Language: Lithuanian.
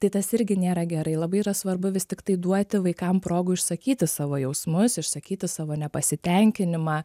tai tas irgi nėra gerai labai yra svarbu vis tiktai duoti vaikam progų išsakyti savo jausmus išsakyti savo nepasitenkinimą